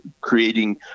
creating